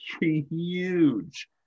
huge